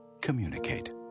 Communicate